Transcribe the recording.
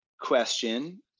question